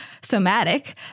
somatic